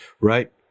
Right